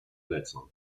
lecą